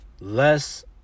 less